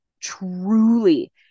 truly